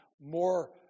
more